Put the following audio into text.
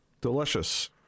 Delicious